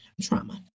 trauma